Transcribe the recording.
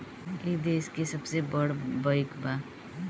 ई देस के सबसे बड़ बईक बा